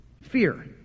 fear